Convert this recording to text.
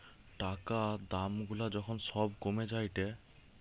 টাকা দাম গুলা যখন সব কমে যায়েটে